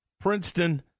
Princeton